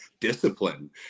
discipline